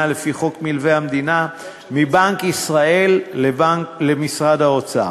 לפי חוק מלווה המדינה מבנק ישראל למשרד האוצר.